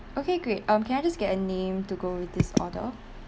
okay great um can I just get a name to go with this order